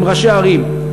עם ראשי ערים.